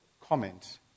comment